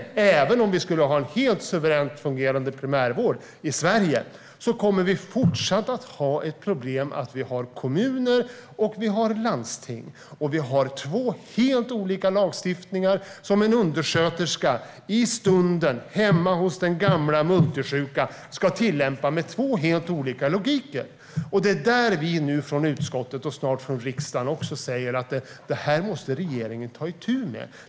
Men även om vi skulle ha en suveränt fungerande primärvård i Sverige skulle vi fortsätta ha problem med att kommuner och landsting har två helt olika lagstiftningar med två helt olika logiker som en undersköterska ska tillämpa, i stunden hemma hos den gamla och multisjuka. Det är det som utskottet och snart även riksdagen säger att regeringen måste ta itu med.